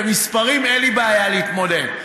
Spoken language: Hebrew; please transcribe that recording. במספרים אין לי בעיה להתמודד.